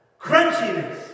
Crunchiness